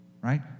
right